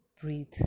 Breathe